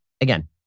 again